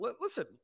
listen